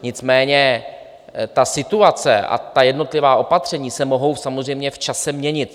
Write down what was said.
Nicméně ta situace a ta jednotlivá opatření se mohou samozřejmě v čase měnit.